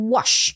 Wash